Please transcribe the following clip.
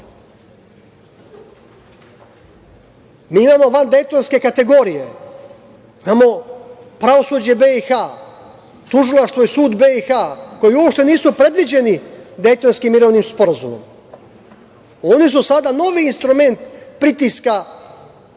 imamo vandejtonske kategorije, imamo pravosuđe BiH, tužilaštvo i sud BiH koji uopšte nisu predviđeni Dejtonskim mirovnim sporazumom. Oni su sada novi instrument pritiska